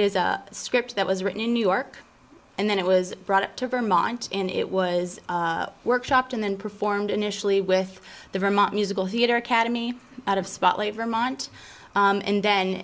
is a script that was written in new york and then it was brought up to vermont and it was workshopped and then performed initially with the vermont musical theater academy out of spotlight vermont and then